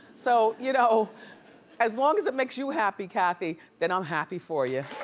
so you know as long as it makes you happy, kathy, then i'm happy for ya.